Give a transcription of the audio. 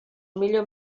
millor